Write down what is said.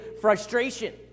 frustration